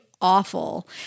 awful